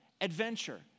adventure